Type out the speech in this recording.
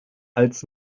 als